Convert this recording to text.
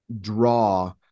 draw